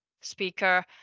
speaker